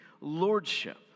lordship